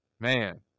Man